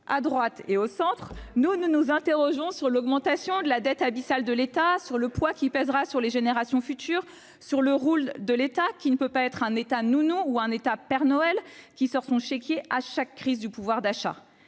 À droite et au centre, nous nous interrogeons sur l'augmentation infinie de la dette de l'État, sur le poids qui pèsera sur les générations futures et sur le rôle de l'État, qui ne peut être un État nounou ou un État père Noël sortant son chéquier à chaque crise du pouvoir d'achat.